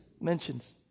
mentions